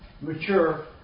mature